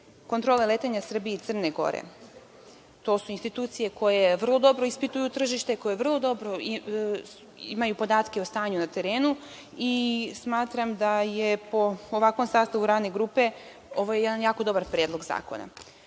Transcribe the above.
kontrole letenja Srbije i Crne Gore. To su institucije koje vrlo dobro ispituju tržište, koje imaju podatke o stanju na terenu. Smatram da je po ovakvom sastavu radne grupe ovo jedan jako dobar predlog zakona. Na